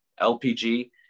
LPG